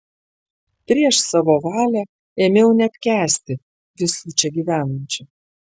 prieš savo valią ėmiau neapkęsti visų čia gyvenančių